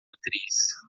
atriz